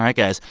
yeah guys,